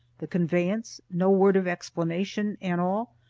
the conveyance, no word of explanation, and all,